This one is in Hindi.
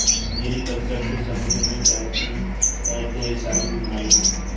मैरी कल्चर से समुद्र में फैलती है ढेर सारी बीमारियां